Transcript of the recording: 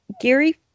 Gary